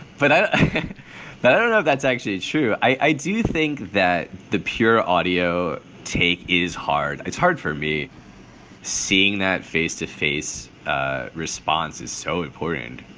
but i but don't know if that's actually true. i do think that the pure audio take is hard. it's hard for me seeing that face to face response is so important